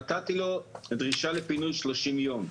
נתתי לו דרישה לפינוי תוך 30 ימים.